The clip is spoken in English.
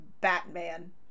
Batman